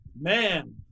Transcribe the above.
Man